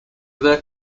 their